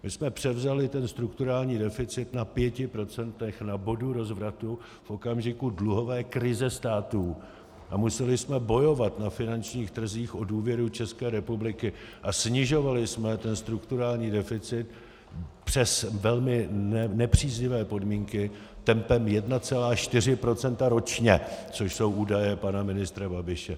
My jsme převzali ten strukturální deficit na 5 % na bodu rozvratu v okamžiku dluhové krize státu a museli jsme bojovat na finančních trzích o důvěru České republiky a snižovali jsme ten strukturální deficit přes velmi nepříznivé podmínky tempem 1,4 % ročně, což jsou údaje pana ministra Babiše.